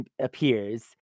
appears